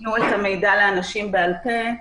ייתנו את המידע לאנשים בעל פה.